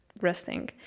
resting